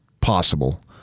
possible